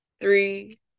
three